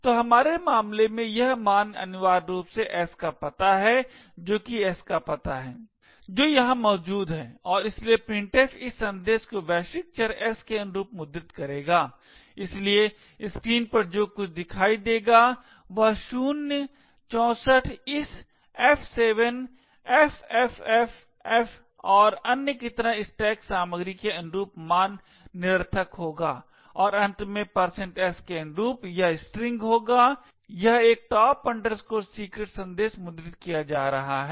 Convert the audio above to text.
तो हमारे मामले में यह मान अनिवार्य रूप से s का पता है जो कि s का पता है जो यहाँ मौजूद है और इसलिए printf इस संदेश को वैश्विक चर s के अनुरूप मुद्रित करेगा इसलिए स्क्रीन पर जो कुछ दिखाई देगा वह शून्य 64 इस f7 ffff और अन्य की तरह स्टैक की सामग्री के अनुरूप मान निरर्थक होगा और अंत में s के अनुरूप यह स्ट्रिंग होगा यह एक top secret संदेश मुद्रित किया जा रहा है